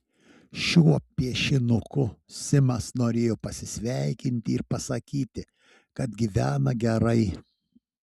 šiuo piešinuku simas norėjo pasisveikinti ir pasakyti kad gyvena gerai